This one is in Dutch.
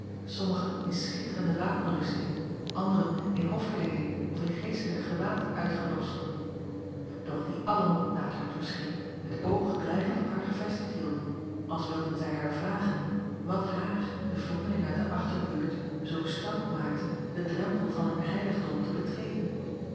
sommigen in schitterende wapenrusting anderen in hofkleeding of in geestelijk gewaad uitgedost doch die allen naar t haar toescheen t oog dreigend op haar gevestigd hielden als wilden zij haar vragen wat haar de vondeling uit de achterbuurt zoo stout maakte den drempel van hun heiligdom te betreden